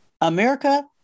America